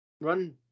run